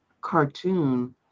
cartoon